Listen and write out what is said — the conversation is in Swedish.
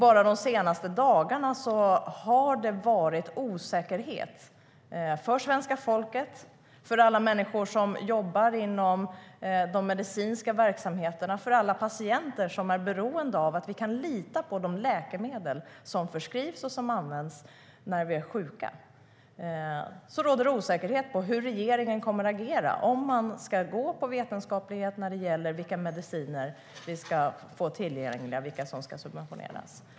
Bara de senaste dagarna har det rått osäkerhet hos svenska folket, bland dem som jobbar inom de medicinska verksamheterna, bland patienter som är beroende av att kunna lita på de läkemedel som förskrivs och används när vi är sjuka. Det råder osäkerhet om hur regeringen kommer att agera, om man ska gå på vetenskaplig när det gäller vilka mediciner vi ska ha tillgängliga, vilka som ska subventioneras.